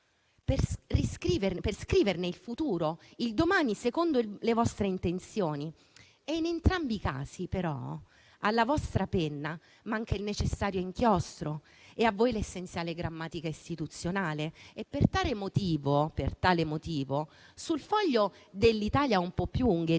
per scriverne il futuro, il domani, secondo le vostre intenzioni. In entrambi i casi, però, alla vostra penna manca il necessario inchiostro e a voi l'essenziale grammatica istituzionale e per tale motivo sul foglio dell'Italia - un po' più Ungheria